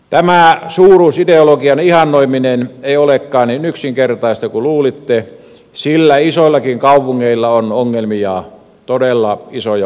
tämä suuruusideologian ihannoiminen ei olekaan niin yksinkertaista kuin luulitte sillä isoillakin kaupungeilla on ongelmia todella isoja ongelmia